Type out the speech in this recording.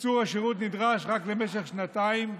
דחיית קיצור השירות נדרשת רק למשך שנתיים,